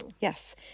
Yes